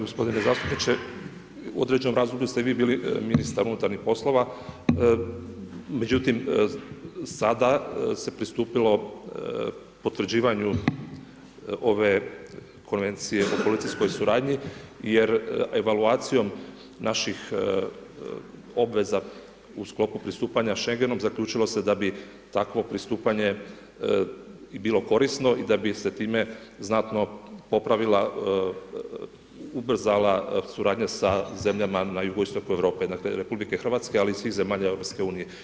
Poštovani g. zastupniče, u određenom razdoblju ste vi bili ministar unutarnjih poslova, međutim sada se pristupilo potvrđivanju ove konvencije o policijskoj suradnji jer evaluacijom naših obveza u sklopu pristupanja Schengenu zaključilo se da bi takvo pristupanje bilo korisno i da bi se time znatno popravila, ubrzala suradnja sa zemljama na jugoistoku Europe, dakle RH i svih zemalja EU.